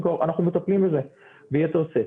אנחנו מטפלים בזה ביתר שאת.